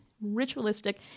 ritualistic